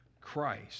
Christ